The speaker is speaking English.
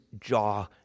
jaw